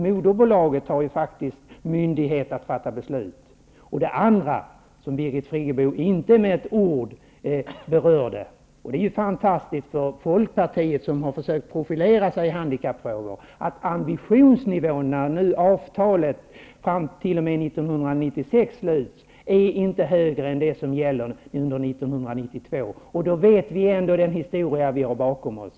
Moderbolaget, däremot, har faktiskt myndighet att fatta beslut. Det var en annan sak som Birgit Friggebo inte med ett ord berörde, vilket är fantastiskt för Folkpartiet, som försökt profilera sig i handikappfrågorna, nämligen att ambitionsnivån i avtalet fram till 1996 inte är högre än vad som gäller under 1992. Då känner vi ändå till den historia vi har bakom oss.